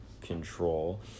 control